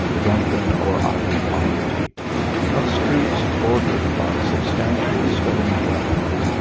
drunken or idle poverty of streets bordered by substantial stone dwellings,